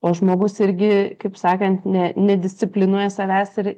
o žmogus irgi kaip sakant ne nedisciplinuoja savęs ir